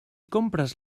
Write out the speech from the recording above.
compres